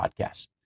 podcast